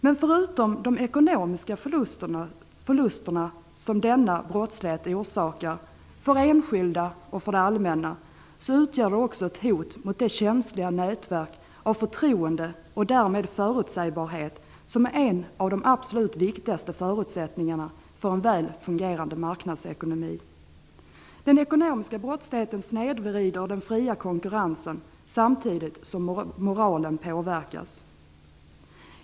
Men förutom de ekonomiska förlusterna som denna brottslighet orsakar för enskilda och det allmänna utgör den också ett hot mot det känsliga nätverk av förtroende och därmed förutsägbarhet som är en av de absolut viktigaste förutsättningarna för en väl fungerande marknadsekonomi. Den ekonomiska brottsligheten snedvrider den fria konkurrensen samtidigt som moralen påverkas.